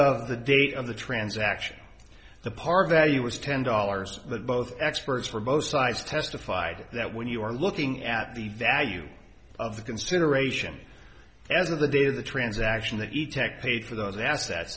of the date of the transaction the par value was ten dollars but both experts for both sides testified that when you are looking at the value of the consideration as of the date of the transaction the e tec paid for those assets th